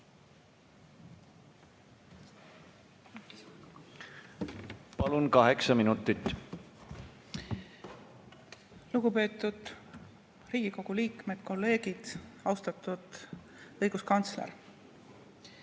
Palun, kaheksa minutit! Lugupeetud Riigikogu liikmed, kolleegid! Austatud õiguskantsler!